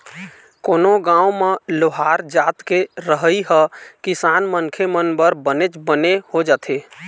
कोनो गाँव म लोहार जात के रहई ह किसान मनखे मन बर बनेच बने हो जाथे